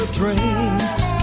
drinks